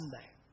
Sunday